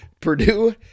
Purdue